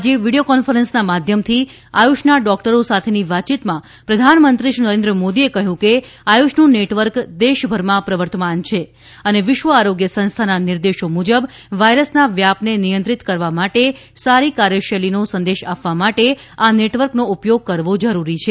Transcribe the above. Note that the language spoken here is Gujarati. આજે વીડીયો કોન્ફરન્સના માધ્યમથી આયુષના ડોક્ટરો સાથેની વાતચીતમાં પ્રધાનમંત્રીએ કહ્યું કે આયુષનું નેટવર્ક દેશભરમાં પ્રવર્તમાન છે અને વિશ્વ આરોગ્ય સંસ્થાના નિર્દેશો મુજબ વાયરસના વ્યાપને નિયંત્રિત કરવા માટે સારી કાર્યશૈલીનો સંદેશ આપવા માટે આ નેટવર્કનો ઉપયોગ કરવો જરૂરી છે